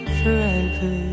forever